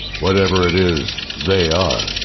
whatever it is they are.